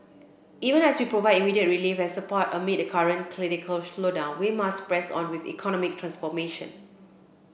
even as we provide immediate relief and support amid the current cyclical slowdown we must press on with economic transformation